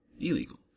illegal